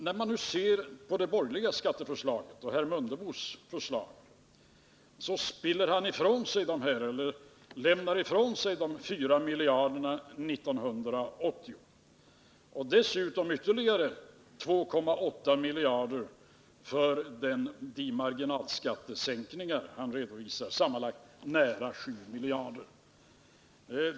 Herr Mundebo lämnar i sitt förslag ifrån sig 4 miljarder år 1980 och dessutom ytterligare 2,8 miljarder för de marginalskattesänkningar som han redovisar, sammanlagt nära 7 miljarder. Finansieringen härav är högst otillfredsställande.